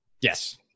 Yes